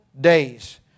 days